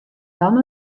dan